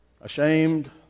ashamed